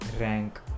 rank